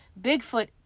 bigfoot